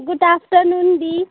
good afternoon the